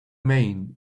main